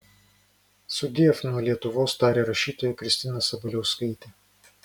sudiev nuo lietuvos tarė rašytoja kristina sabaliauskaitė